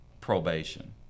probation